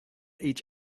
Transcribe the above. each